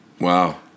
Wow